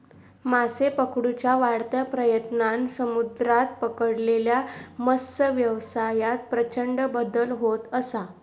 मासे पकडुच्या वाढत्या प्रयत्नांन समुद्रात पकडलेल्या मत्सव्यवसायात प्रचंड बदल होत असा